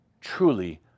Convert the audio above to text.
truly